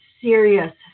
serious